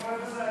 בבקשה.